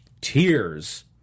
tears